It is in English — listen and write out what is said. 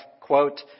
quote